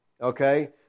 Okay